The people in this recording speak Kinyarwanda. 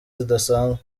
zidasanzwe